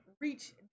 reach